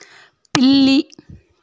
పిల్లి